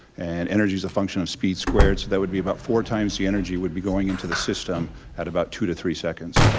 and energy's a function of speed squared, so that would be about four times the energy would be going into the system at about two to three seconds.